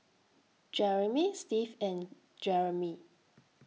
Jerimy Steve and Jeramie